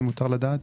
אם מותר לדעת?